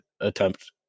attempt